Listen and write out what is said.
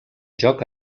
joc